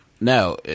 No